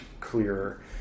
clearer